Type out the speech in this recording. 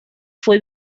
fue